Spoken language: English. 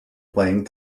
playing